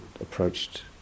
approached